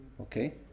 Okay